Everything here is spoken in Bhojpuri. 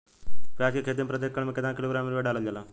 प्याज के खेती में प्रतेक एकड़ में केतना किलोग्राम यूरिया डालल जाला?